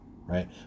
right